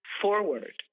forward